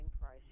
price